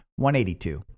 182